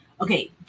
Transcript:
Okay